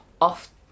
off